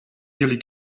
nearly